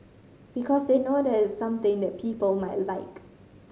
because they know that it is something that people might like